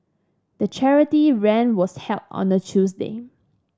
the charity run was held on a Tuesday